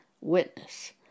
witness